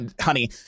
honey